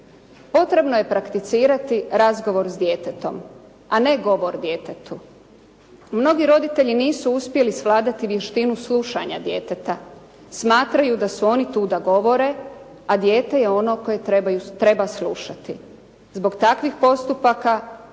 Potrebno je prakticirati razgovor s djetetom, a ne odgovor djetetu. Mnogi roditelji nisu uspjeli svladati vještinu slušanja djeteta. Smatraju da su tu oni da govore, a dijete je ono koje treba slušati. Zbog takvih postupaka,